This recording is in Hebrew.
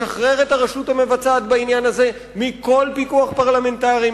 משחרר את הרשות המבצעת בעניין הזה מכל פיקוח פרלמנטרי,